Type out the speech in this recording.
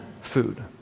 food